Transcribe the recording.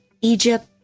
Egypt